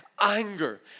anger